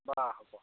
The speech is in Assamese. বাৰু হ'ব